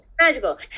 magical